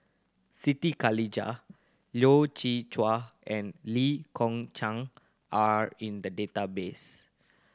Siti Khalijah Loy Chye Chuan and Lee Kong Chian are in the database